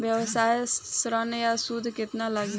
व्यवसाय ऋण ला सूद केतना लागी?